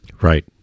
Right